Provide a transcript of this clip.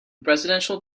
presidential